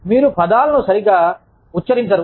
మీరు పదాలను సరిగ్గా ఉచ్చరించరు